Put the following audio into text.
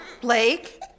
Blake